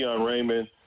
Raymond